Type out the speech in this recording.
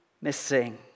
missing